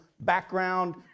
background